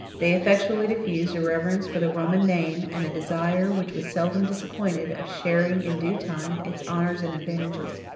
they effectually diffused a reverence for the roman name, and a desire, which was seldom disappointed, of sharing, in due time, its honors and advantages.